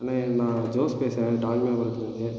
அண்ணேன் நான் ஜோஸ் பேசுறன் டால்மியாபுரத்துலயிருந்து